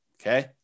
okay